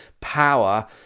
power